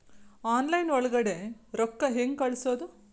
Online ಒಳಗಡೆ ರೊಕ್ಕ ಹೆಂಗ್ ಕಳುಹಿಸುವುದು?